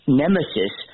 nemesis